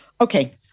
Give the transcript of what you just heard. Okay